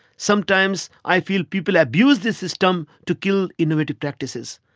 sometimes, i feel people abuse the system to kill innovative practices.